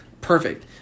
Perfect